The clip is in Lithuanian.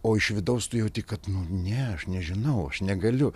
o iš vidaus tu jauti kad nu ne aš nežinau aš negaliu